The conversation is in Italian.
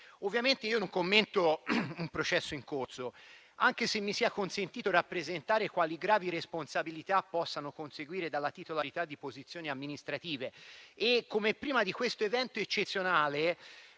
Ovviamente non commento un processo in corso, anche se vi chiedo di consentirmi di rappresentare quali gravi responsabilità possano conseguire dalla titolarità di posizioni amministrative e come, prima di questo evento eccezionale,